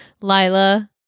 lila